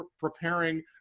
preparing